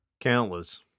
Countless